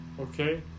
okay